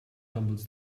tumbles